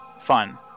fun